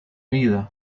vida